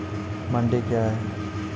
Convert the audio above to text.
मंडी क्या हैं?